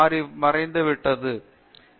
பேராசிரியர் பிரதாப் ஹரிதாஸ் சரி